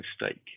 mistake